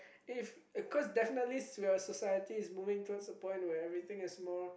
if because definitely we're society moving towards the point where everything is more